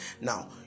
Now